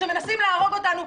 שמנסים להרוג אותנו,